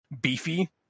beefy